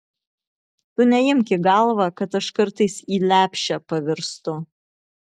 tu neimk į galvą kad aš kartais į lepšę pavirstu